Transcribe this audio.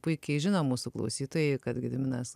puikiai žino mūsų klausytojai kad gediminas